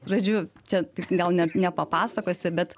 žodžiu čia tik gal ne nepapasakosi bet